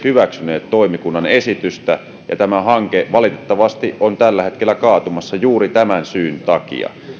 hyväksynyt toimikunnan esitystä ja hanke valitettavasti on tällä hetkellä kaatumassa juuri tämän syyn takia